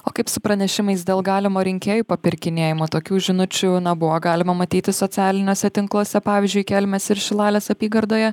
o kaip su pranešimais dėl galimo rinkėjų papirkinėjimo tokių žinučių na buvo galima matyti socialiniuose tinkluose pavyzdžiui kelmės ir šilalės apygardoje